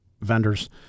vendors